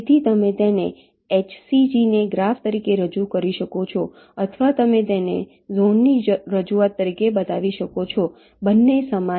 તેથી તમે તેને HCGને ગ્રાફ તરીકે રજૂ કરી શકો છો અથવા તમે તેને ઝોનની રજૂઆત તરીકે બતાવી શકો છો બંને સમાન છે